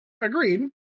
Agreed